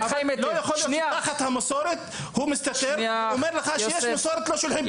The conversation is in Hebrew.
לא יכול להיות שהוא מסתתר תחת המסורת ואומר שתחת זה הבנות לא לומדות.